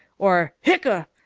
or hiccough!